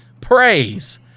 praise